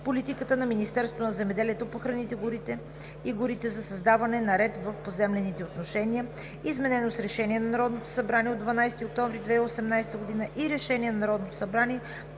политиката на Министерството на земеделието, храните и горите за създаване на ред в поземлените отношения, изменено с Решение на Народното събрание от 12 октомври 2018 г. и Решение на Народното събрание